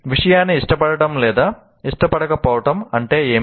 విషయాన్ని ఇష్టపడటం లేదా ఇష్టపడకపోవడం అంటే ఏమిటి